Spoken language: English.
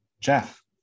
Jeff